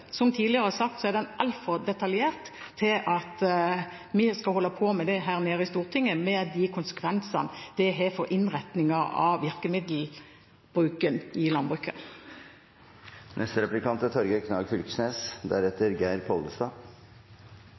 Som tidligere sagt er den altfor detaljert til at vi skal holde på med det i Stortinget – med de konsekvensene det har for innretningen av virkemiddelbruken i landbruket.